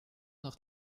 noch